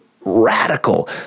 radical